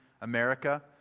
America